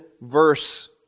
verse